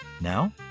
Now